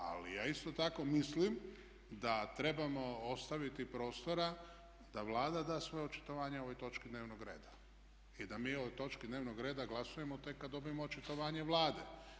Ali ja isto tako mislim da trebamo ostaviti prostora da Vlada da svoje očitovanje o ovoj točki dnevnog reda i da mi o ovoj točki dnevnog reda glasujemo tek kad dobijemo očitovanje Vlade.